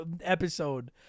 episode